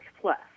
plus